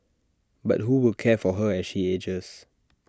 but who will care for her as she ages